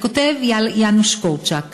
וכותב יאנוש קורצ'אק: